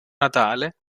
natale